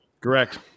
Correct